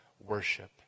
worship